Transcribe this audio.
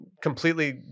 completely